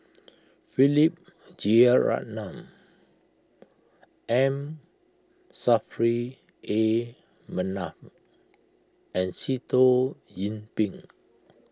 Philip Jeyaretnam M Saffri A Manaf and Sitoh Yih Pin